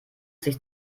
sich